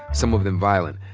some of them violent,